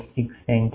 286 સે